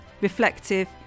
reflective